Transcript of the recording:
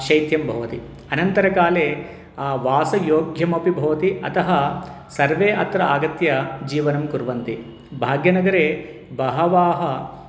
शैत्यं भवति अनन्तरकाले वासयोग्यमपि भवति अतः सर्वे अत्र आगत्य जीवनं कुर्वन्ति भाग्यनगरे बहवः